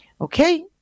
Okay